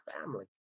family